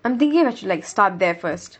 I'm thinking I should like start there first